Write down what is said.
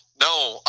No